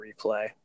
replay